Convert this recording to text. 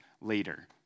later